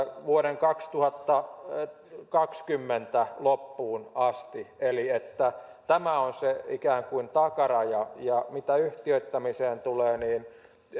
vuoden kaksituhattakaksikymmentä loppuun asti eli tämä on ikään kuin se takaraja ja ja mitä yhtiöittämiseen tulee niin